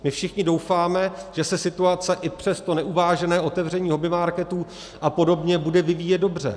My všichni doufáme, že se situace i přes to neuvážené otevření hobbymarketů a podobně bude vyvíjet dobře.